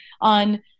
on